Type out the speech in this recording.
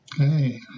Okay